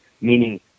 meaning